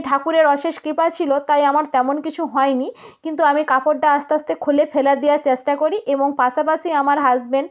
ঠাকুরের অশেষ কৃপা ছিল তাই আমার তেমন কিছু হয়নি কিন্তু আমি কাপড়টা আস্তে আস্তে খুলে ফেলে দেওয়ার চেষ্টা করি এবং পাশাপাশি আমার হাসবেন্ড